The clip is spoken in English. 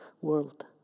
world